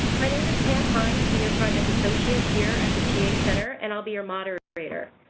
my name is pam hyde, senior project associate here at the ta center and i'll be your moderator.